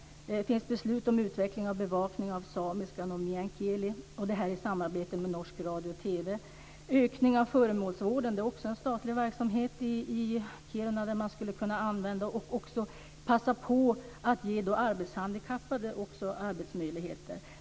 Det finns ett beslut om utveckling och bevakning av samiskan och meänkielin, och detta i samarbete med norsk radio och TV. Föremålsvården är också en statlig verksamhet i Kiruna som skulle kunna utökas. Där kan man passa på att ge arbetshandikappade arbetsmöjligheter.